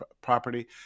property